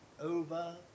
over